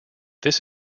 this